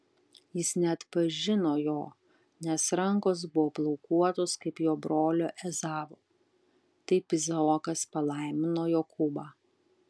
jis neatpažino jo nes rankos buvo plaukuotos kaip jo brolio ezavo taip izaokas palaimino jokūbą